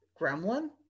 gremlin